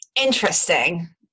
Interesting